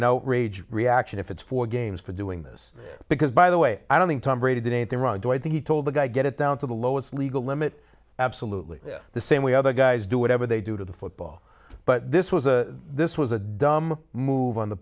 an outrage reaction if it's for games for doing this because by the way i don't think tom brady did it the wrong way that he told the guy get it down to the lowest legal limit absolutely the same way other guys do whatever they do to the football but this was a this was a dumb move on the